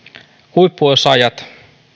huippuosaajat